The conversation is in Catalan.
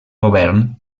govern